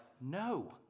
no